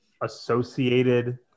associated